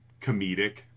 comedic